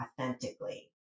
authentically